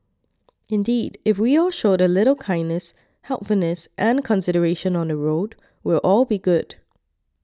indeed if we all showed a little kindness helpfulness and consideration on the road we'll all be good